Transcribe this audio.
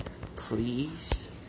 Please